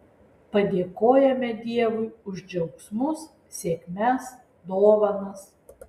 padėkojame dievui už džiaugsmus sėkmes dovanas